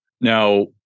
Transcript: Now